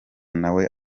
nawe